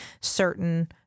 certain